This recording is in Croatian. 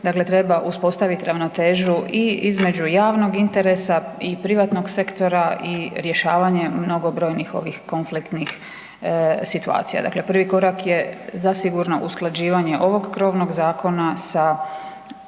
dakle treba uspostaviti ravnotežu i između javnog interesa i privatnog sektora i rješavanje mnogobrojnih ovih konfliktnih situacija. Dakle prvi korak je zasigurno usklađivanje ovog krovnog zakona sa